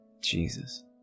Jesus